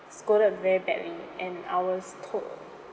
scolded very badly and I was told